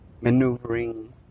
maneuvering